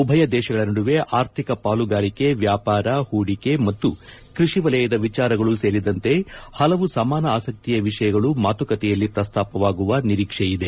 ಉಭಯ ದೇಶಗಳ ನಡುವೆ ಆರ್ಥಿಕ ಪಾಲುಗಾರಿಕೆ ವ್ಯಾಪಾರ ಹೂಡಿಕೆ ಮತ್ತು ಕೃಷಿ ವಲಯದ ವಿಚಾರಗಳು ಸೇರಿದಂತೆ ಹಲವು ಸಮಾನ ಆಸಕ್ತಿಯ ವಿಷಯಗಳು ಮಾತುಕತೆಯಲ್ಲಿ ಪ್ರಸ್ತಾಪವಾಗುವ ನಿರೀಕ್ಷೆ ಇದೆ